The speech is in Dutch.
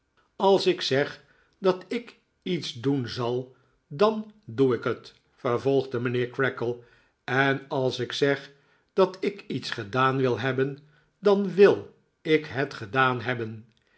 als ik zeg dat ik iets doen zal dan doe ik het vervolgde mijnheer creakle en als ik zeg dat ik iets gedaan wil hebben dan wil ik het gedaan hebben